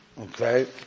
Okay